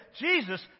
Jesus